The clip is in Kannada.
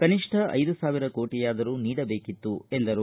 ಕನಿಷ್ಠ ನ್ ಸಾವಿರ ಕೋಟಿಯಾದರೂ ನೀಡಬೇಕಿತ್ತು ಎಂದರು